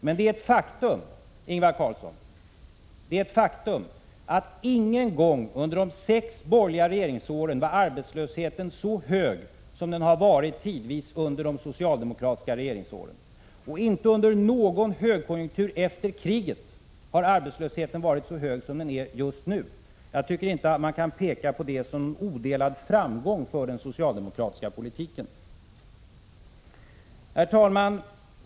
Men det är ett faktum, Ingvar Carlsson, att ingen gång under de sex borgerliga regeringsåren var arbetslösheten så hög som den har varit tidvis under de socialdemokratiska regeringsåren. Och inte under någon högkonjunktur efter kriget har arbetslösheten varit så hög som den är just nu. Jag tycker inte man kan peka på det som en odelad framgång för den socialdemokratiska politiken. Herr talman!